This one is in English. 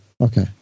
okay